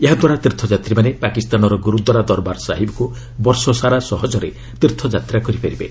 ଏହା ଦ୍ୱାରା ତୀର୍ଥଯାତ୍ରୀମାନେ ପାକିସ୍ତାନର ଗୁରୁଦ୍ୱାରା ଦରବାର ସାହିବକୁ ବର୍ଷସାରା ସହଜରେ ତୀର୍ଥଯାତ୍ରା କରିପାରିବେ